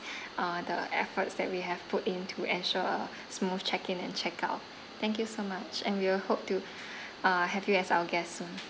uh the efforts that we have put in to ensure smooth check in and check out thank you so much and we will hope to uh have you as our guest soon